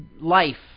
life